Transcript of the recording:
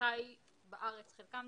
שחי בארץ חלקם,